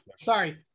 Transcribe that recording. sorry